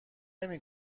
نمی